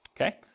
okay